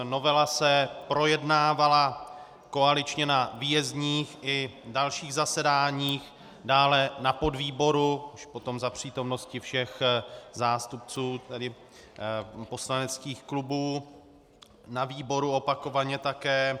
Novela se projednávala koaličně na výjezdních i dalších zasedáních, dále na podvýboru už potom za přítomnosti všech zástupců poslaneckých klubů, na výboru opakovaně také.